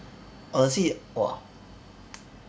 honestly !wah!